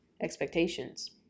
expectations